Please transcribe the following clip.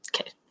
Okay